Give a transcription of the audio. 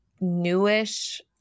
newish